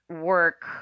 work